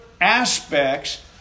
aspects